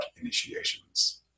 initiations